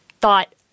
thought